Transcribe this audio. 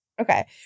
Okay